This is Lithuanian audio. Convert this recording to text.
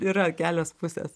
yra kelios pusės